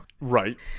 Right